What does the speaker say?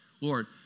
Lord